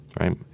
right